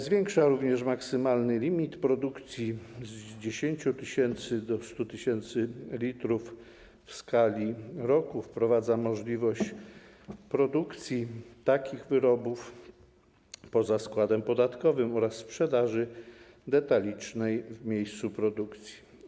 Zwiększa się również maksymalny limit produkcji z 10 tys. do 100 tys. l w skali roku i wprowadza się możliwość produkcji takich wyrobów poza składem podatkowym oraz sprzedaży detalicznej w miejscu produkcji.